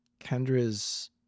Kendra's